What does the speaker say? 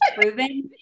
proven